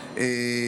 בכלל,